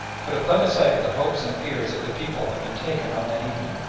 could a plebiscite of the hopes and fears of the people have been taken on that evening,